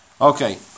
Okay